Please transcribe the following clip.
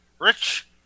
Rich